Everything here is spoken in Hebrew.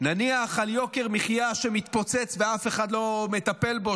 נניח על יוקר מחיה שמתפוצץ ואף אחד לא מטפל בו,